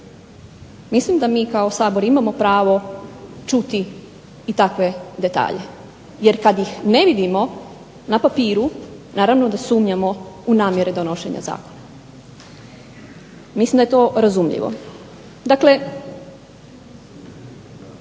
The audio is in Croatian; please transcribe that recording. Mislim da mi kao Sabor imamo pravo čuti i takve detalje. Jer kad ih ne vidimo na papiru naravno da sumnjamo u namjere donošenja zakona. Mislim da je to razumljivo.